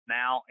now